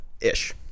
ish